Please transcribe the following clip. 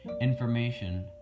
information